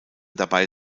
dabei